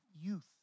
youth